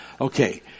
okay